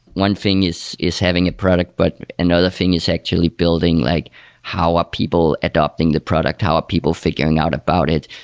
one thing is is having a product, but another thing is actually building like how are people adapting the product. how are people figuring out about it?